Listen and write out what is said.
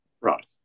Right